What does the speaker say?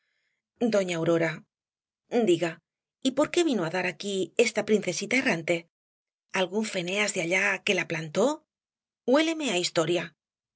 doña aurora diga y por qué vino á dar aquí esta princesa errante algún eneas de allá que la plantó huéleme á historia